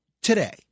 today